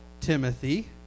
Timothy